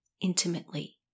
intimately